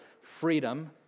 freedom